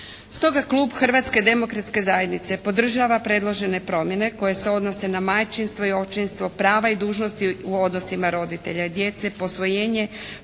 Stoga Klub Hrvatske demokratske zajednice podržava predložene promjene koje se odnose na majčinstvo i očinstvo, prava i dužnosti u odnosima roditelja i djece, posvojenje,